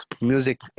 music